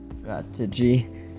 strategy